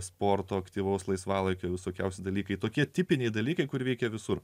sporto aktyvaus laisvalaikio visokiausi dalykai tokie tipiniai dalykai kur veikia visur